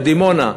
בדימונה,